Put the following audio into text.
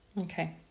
Okay